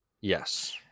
Yes